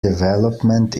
development